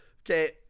Okay